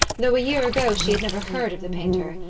though a year ago she had never heard of the painter,